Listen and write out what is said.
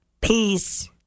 Peace